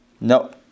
no